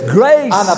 grace